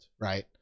Right